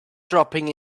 dropping